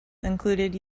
included